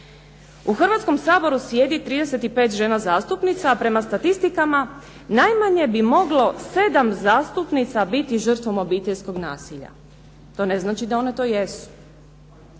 U Hrvatskom saboru sjedi 35 žena zastupnica a prema statistikama najmanje bi moglo 7 zastupnica biti žrtvom obiteljskog nasilja. To ne znači da one to jesu.